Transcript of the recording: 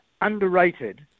underrated